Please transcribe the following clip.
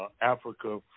Africa